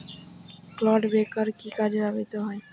Clod breaker কি কাজে ব্যবহৃত হয়?